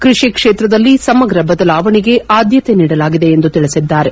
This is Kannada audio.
ಕೃಷಿ ಕ್ಷೇತ್ರದಲ್ಲಿ ಸಮಗ್ರ ಬದಲಾವಣೆಗೆ ಆದ್ದತೆ ನೀಡಲಾಗಿದೆ ಎಂದು ತಿಳಿಸಿದ್ದಾರೆ